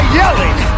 yelling